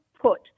put